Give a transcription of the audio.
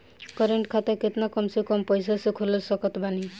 Current खाता केतना कम से कम पईसा से खोल सकत बानी?